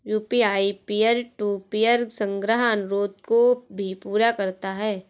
UPI peer to peer संग्रह अनुरोध को भी पूरा करता है